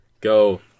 go